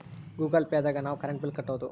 Google Pay ದಾಗ ನಾವ್ current bill ಕಟ್ಟೋದು